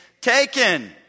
taken